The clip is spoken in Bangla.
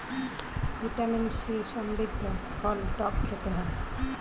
ভিটামিন সি সমৃদ্ধ ফল টক খেতে হয়